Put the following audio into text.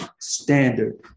standard